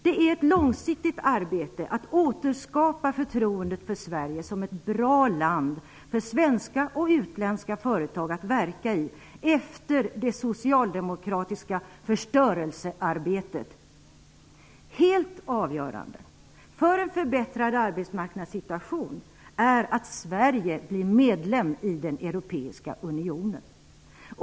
Det är ett långsiktigt arbete att återskapa förtroendet för Sverige som ett bra land för svenska och utländska företag att verka i efter det socialdemokratiska förstörelsearbetet. Helt avgörande för en förbättrad arbetsmarknadssituation är att Sverige blir medlem i den europeiska unionen.